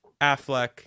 Affleck